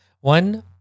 One